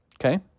Okay